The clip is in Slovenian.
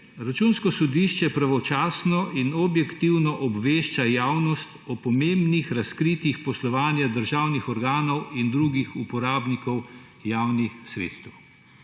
»Računsko sodišče pravočasno in objektivno obvešča javnost o pomembnih razkritjih poslovanja državnih organov in drugih uporabnikov javnih sredstev.«